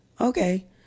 okay